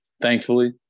Thankfully